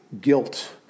guilt